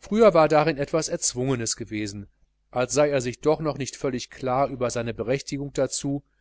früher war darin etwas erzwungenes gewesen als sei er sich doch nicht völlig klar über seine berechtigung dazu